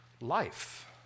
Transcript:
life